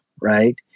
right